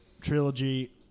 trilogy